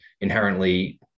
inherently